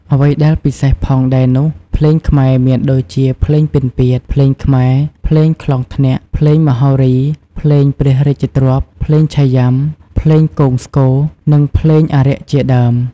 អ្វីដែលពិសេសផងដែរនោះភ្លេងខ្មែរមានដូចជាភ្លេងពិណ្យពាទ្យ ភ្លេងខ្មែរ ភ្លេងក្លងឆ្នាក់ ភ្លេងមហោរី ភ្លេងព្រះរាជទ្រព្យ ភ្លេងឆៃយុំា ភ្លេងគងស្គរ និងភ្លេងអារក្ខជាដើម។